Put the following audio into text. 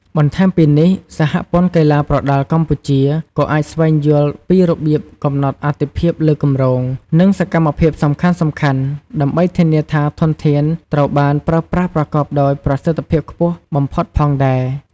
បន្ថែមពីនេះ សហព័ន្ធកីឡាប្រដាល់កម្ពុជាក៏អាចស្វែងយល់ពីរបៀបកំណត់អាទិភាពលើគម្រោង និងសកម្មភាពសំខាន់ៗ ដើម្បីធានាថាធនធានត្រូវបានប្រើប្រាស់ប្រកបដោយប្រសិទ្ធភាពខ្ពស់បំផុតផងដែរ។